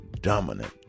dominant